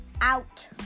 Out